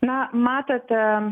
na matote